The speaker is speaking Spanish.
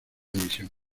división